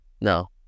No